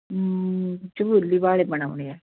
ਚਬੂਲੀ ਵਾਲੇ ਬਣਵਾਉਣੇ ਆ